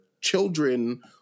children